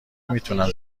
میتونم